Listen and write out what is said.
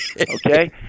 Okay